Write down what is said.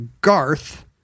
Garth